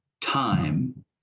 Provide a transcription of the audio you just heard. time